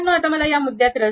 आता मला या मुद्द्यात रस नाही